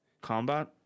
combat